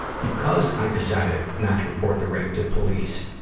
because i decided not to report the rape to police,